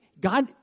God